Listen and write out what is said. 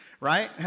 right